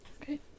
Okay